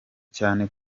cyane